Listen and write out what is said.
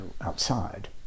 outside